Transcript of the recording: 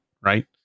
Right